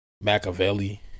Machiavelli